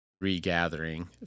regathering